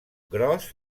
gros